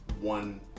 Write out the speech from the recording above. one